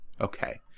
Okay